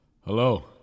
Hello